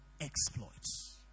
exploits